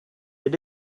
they